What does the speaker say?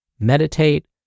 meditate